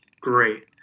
great